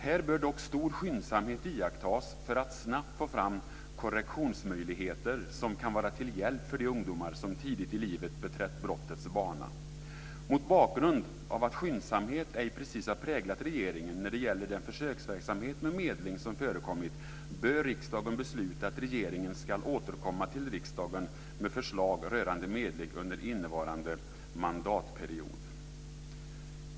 Här bör dock stor skyndsamhet iakttas för att snabbt få fram korrektionsmöjligheter som kan vara till hjälp för de ungdomar som tidigt i livet beträtt brottets bana. Mot bakgrund av att skyndsamhet inte precis har präglat regeringen när det gäller den försöksverksamhet med medling som förekommit bör riksdagen besluta om att regeringen ska återkomma till riksdagen med förslag rörande medling under innevarande mandatperiod.